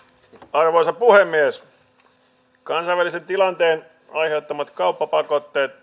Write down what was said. arvoisa puhemies kansainvälisen tilanteen aiheuttamat kauppapakotteet